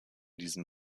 diesen